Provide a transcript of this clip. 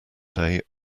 day